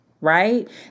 Right